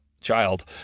child